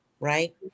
right